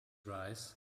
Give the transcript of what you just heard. rise